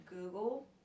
Google